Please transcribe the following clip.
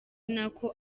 nako